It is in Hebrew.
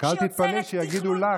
רק אל תתפלאי שיגידו לך,